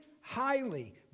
highly